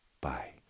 bye